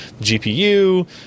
GPU